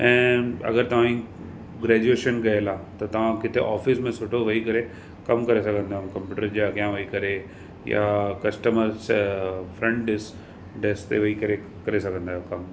ऐं अगरि तव्हांजी ग्रैजुएशन कयल आहे त तव्हां किथे ऑफिस में सुठो वेही करे कमु करे सघंदा आहियो कंप्यूटर जे अॻियां वेही करे या कस्टमर्स फ्रंटडेस्क डेस्क ते वेही करे करे सघंदा आहियो कमु